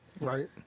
right